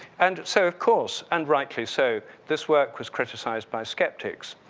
and so, of course and rightly so, this work was criticized by skeptics.